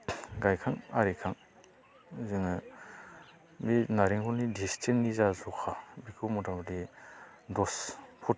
गायखां आरिखां जोङो बे नारेंखलनि डिसटेन्सनि जा जखा बेखौ मथा मथि दस फुट